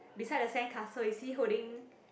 beside the sandcastle is he holding